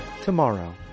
Tomorrow